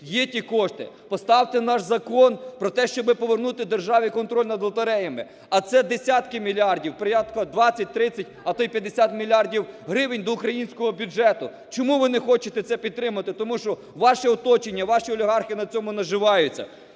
є ті кошти. Поставте наш закон про те, щоби повернути державі контроль над лотереями, а це десятки мільярдів, порядка 20, 30, а то й 50 мільярдів гривень до українського бюджету. Чому ви не хочете це підтримати? Тому що ваше оточення, ваші олігархи на цьому наживаються.